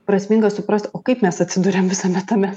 prasmingas suprast kaip mes atsiduriam visame tame